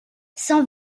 cent